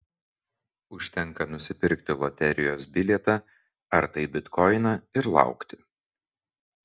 užtenka nusipirkti loterijos bilietą ar tai bitkoiną ir laukti